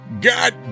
God